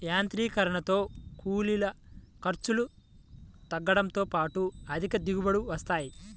యాంత్రీకరణతో కూలీల ఖర్చులు తగ్గడంతో పాటు అధిక దిగుబడులు వస్తాయి